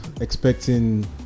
expecting